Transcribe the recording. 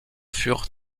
furent